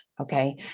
okay